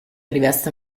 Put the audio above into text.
riveste